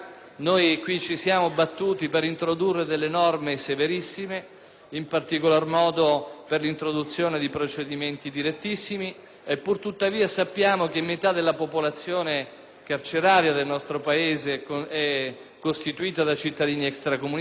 in particolar modo per l'introduzione di procedimenti direttissimi. Pur tuttavia sappiamo che metà della popolazione carceraria del nostro Paese è costituita da cittadini extracomunitari e, quindi, è urgentissimo garantire a chi